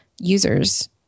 users